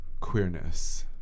queerness